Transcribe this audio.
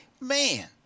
Man